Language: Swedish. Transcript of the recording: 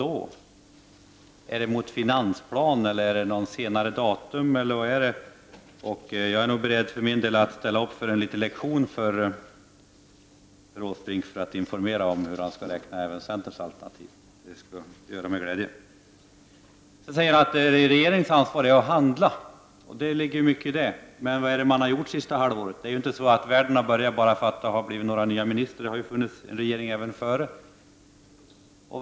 Är det jämfört med finansplanen eller något senare datum? Jag är för min del beredd att ställa upp med en liten lektion för herr Åsbrink för att informera hur han skall räkna på centerns alternativ. Det skulle jag göra med glädje. Sedan säger herr Åsbrink att regeringens ansvar är att handla. Det ligger mycket i det. Men vad har den gjort det senaste halvåret? Är det inte så att man bara har fått några nya ministrar? Men det har ju funnits en regering även förut.